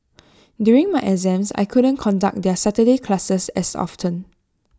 during my exams I couldn't conduct their Saturday classes as often